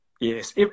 Yes